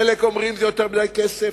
חלק אומרים שזה יותר מדי כסף,